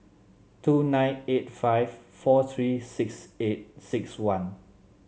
two nine eight five four three six eight six one